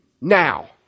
now